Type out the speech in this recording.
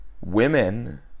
Women